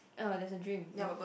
ah there's a drink and